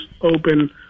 open